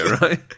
right